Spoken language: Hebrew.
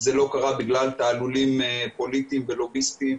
זה לא קרה בגלל תעלולים פוליטיים ולוביסטיים.